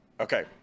Okay